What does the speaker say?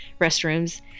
restrooms